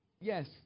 yes